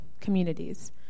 communities